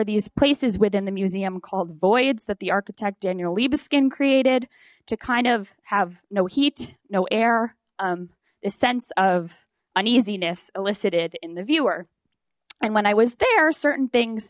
are these places within the museum called voids that the architect daniel liebe skin created to kind of have no heat no air the sense of uneasiness elicited in the viewer and when i was there certain things